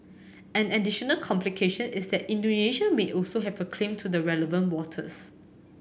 an additional complication is that Indonesia may also have a claim to the relevant waters